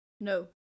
No